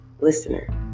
Listener